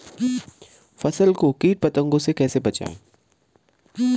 फसल को कीट पतंगों से कैसे बचाएं?